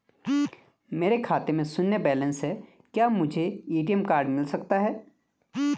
मेरे खाते में शून्य बैलेंस है क्या मुझे ए.टी.एम कार्ड मिल सकता है?